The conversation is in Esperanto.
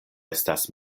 estas